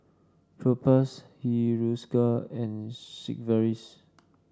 Propass Hiruscar and Sigvaris